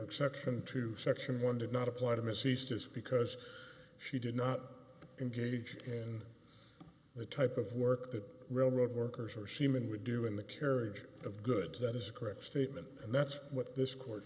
exception to section one did not apply to misuse just because she did not engage in the type of work that railroad workers are shimon would do in the carriage of goods that is a correct statement and that's what this court